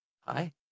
Hi